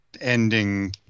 ending